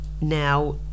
Now